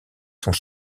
sont